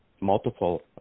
multiple